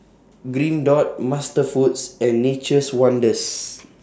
Green Dot MasterFoods and Nature's Wonders